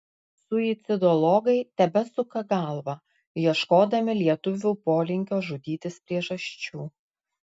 suicidologai tebesuka galvą ieškodami lietuvių polinkio žudytis priežasčių